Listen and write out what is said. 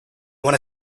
wanna